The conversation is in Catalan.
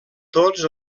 tots